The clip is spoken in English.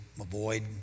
avoid